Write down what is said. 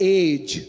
age